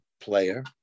player